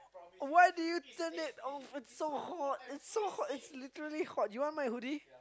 why do you turn it off it's so hot it's so hot you want my hoodie